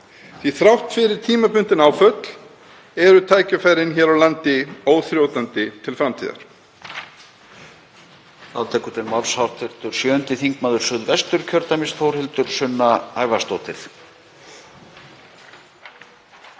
að þrátt fyrir tímabundin áföll eru tækifærin hér á landi óþrjótandi til framtíðar.